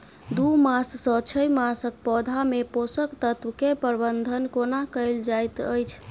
दू मास सँ छै मासक पौधा मे पोसक तत्त्व केँ प्रबंधन कोना कएल जाइत अछि?